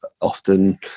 often